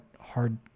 hard